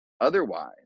otherwise